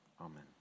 Amen